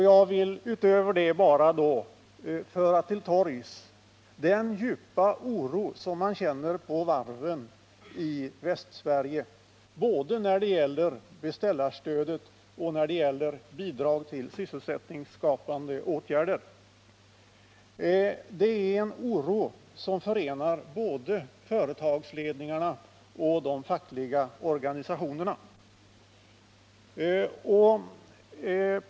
Jag vill utöver detta bara föra till torgs den djupa oro som man känner på varven i Västsverige både när det gäller beställarstödet och när det gäller bidragen till sysselsättningsskapande åtgärder. Det är en oro som förenar företagsledningarna och de fackliga organisationerna.